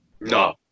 No